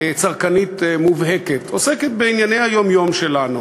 צרכנית מובהקת ועוסקת בענייני היום-יום שלנו.